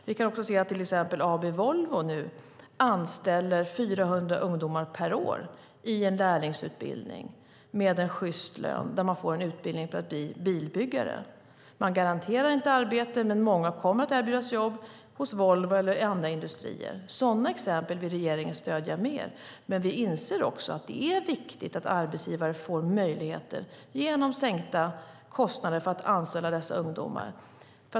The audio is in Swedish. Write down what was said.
Vi kan också se att till exempel AB Volvo nu anställer 400 ungdomar per år i en lärlingsutbildning med en sjyst lön där de får en utbildning för att bli bilbyggare. Man garanterar inte arbete. Men många kommer att erbjudas jobb hos Volvo eller i andra industrier. Sådana exempel vill regeringen stödja mer. Men vi inser också att det är viktigt att arbetsgivare får möjligheter genom sänkta kostnader för att anställa dessa ungdomar.